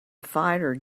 fighter